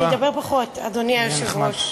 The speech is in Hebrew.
אני אדבר פחות, אדוני היושב-ראש.